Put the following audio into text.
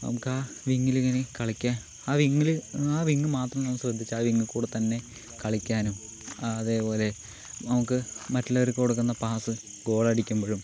നമുക്ക് ആ വിങ്ങിൽ ഇങ്ങനെ കളിക്കാൻ ആ വിങ്ങിൽ ആ വിങ് മാത്രം നമുക്ക് ശ്രദ്ധിച്ചാൽ മതി കൂടെ തന്നെ കളിക്കാനും അതേപോലെ നമുക്ക് മറ്റുള്ളവർക്ക് കൊടുക്കുന്ന പാസ്സ് ഗോളടിക്കുമ്പഴും